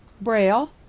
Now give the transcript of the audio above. Braille